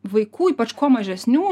vaikų ypač kuo mažesnių